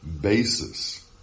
basis